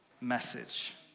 message